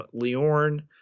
Leorn